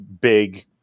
big